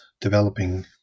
developing